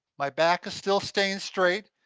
my back is still staying straight.